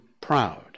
proud